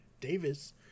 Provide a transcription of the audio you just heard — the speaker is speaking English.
davis